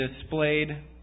displayed